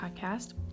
podcast